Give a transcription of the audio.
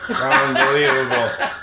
unbelievable